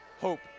hope